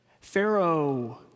Pharaoh